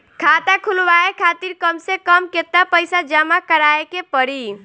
खाता खुलवाये खातिर कम से कम केतना पईसा जमा काराये के पड़ी?